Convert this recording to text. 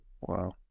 wow